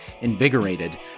invigorated